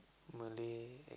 Malay